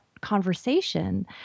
conversation